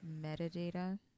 metadata